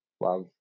love